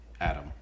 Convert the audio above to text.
Adam